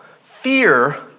fear